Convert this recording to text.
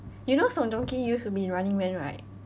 you know song joong ki used to be in running man right